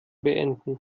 beenden